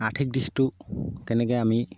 আৰ্থিক দিশতো তেনেকৈ আমি